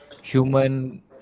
human